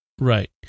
Right